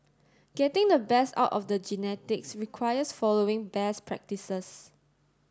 getting the best out of the genetics requires following best practices